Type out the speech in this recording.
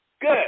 Good